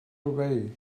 away